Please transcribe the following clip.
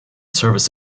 service